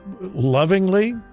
Lovingly